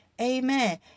Amen